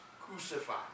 crucified